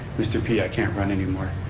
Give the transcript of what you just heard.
mr. p, i can't run anymore.